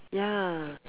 ya